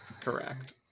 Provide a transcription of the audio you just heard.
Correct